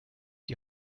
die